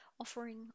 offering